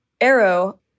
Arrow